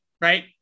right